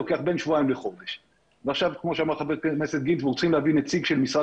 בלי האישור של משרד הפנים